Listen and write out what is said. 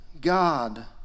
God